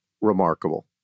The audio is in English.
remarkable